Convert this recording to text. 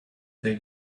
they